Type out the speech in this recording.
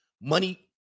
money